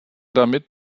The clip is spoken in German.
damit